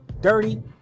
dirty